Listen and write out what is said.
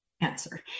answer